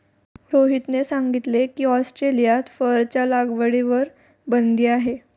रोहितने सांगितले की, ऑस्ट्रेलियात फरच्या लागवडीवर बंदी आहे